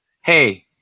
hey